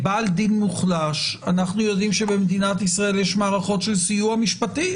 בעל דין מוחלש אנחנו יודעים שבמדינת ישראל יש מערכות של סיוע משפטי,